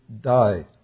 die